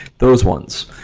those ones,